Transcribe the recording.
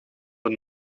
een